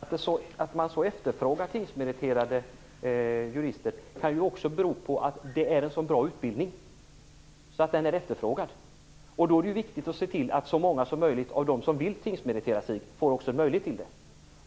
Herr talman! Att det är en så stor efterfrågan på tingsmeriterade jurister kan också bero på att det är fråga om en så bra utbildning. Då är det viktigt att se till att så många som möjligt av dem som vill tingsmeritera sig också får möjlighet till det.